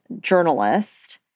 journalist